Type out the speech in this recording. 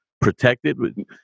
protected